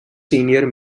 senior